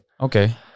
Okay